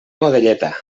godelleta